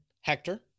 Hector